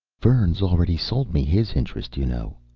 vern's already sold me his interest, you know.